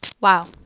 Wow